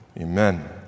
Amen